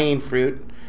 fruit